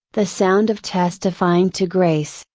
the sound of testifying to grace,